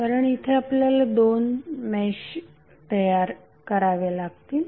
कारण इथे आपल्याला दोन मेश तयार कराव्या लागतील